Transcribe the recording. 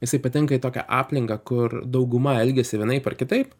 jisai patenka į tokią aplinką kur dauguma elgiasi vienaip ar kitaip